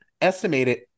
estimated